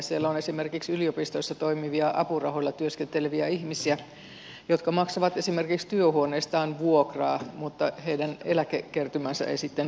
siellä on esimerkiksi yliopistoissa toimivia apurahoilla työskenteleviä ihmisiä jotka maksavat esimerkiksi työhuoneestaan vuokraa mutta heidän eläkekertymänsä ei sitten kartu